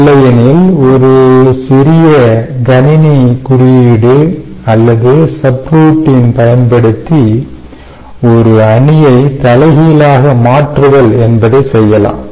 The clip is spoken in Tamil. இல்லை யெனில் ஒரு சிறிய கணினி குறியீடு அல்லது சப்ரூட்டீன் பயன்படுத்தி ஒரு அணியை தலைகீழாக மாற்றுதல் என்பதை செய்யலாம்